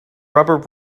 rubber